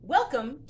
Welcome